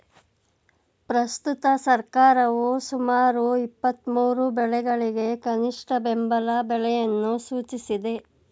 ಪ್ರಸ್ತುತ ಸರ್ಕಾರವು ಸುಮಾರು ಇಪ್ಪತ್ಮೂರು ಬೆಳೆಗಳಿಗೆ ಕನಿಷ್ಠ ಬೆಂಬಲ ಬೆಲೆಯನ್ನು ಸೂಚಿಸಿದೆ